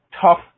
tough